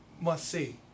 must-see